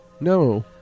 No